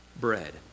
bread